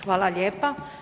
Hvala lijepa.